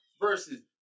versus